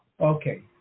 Okay